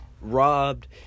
robbed